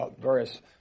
various